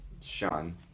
Sean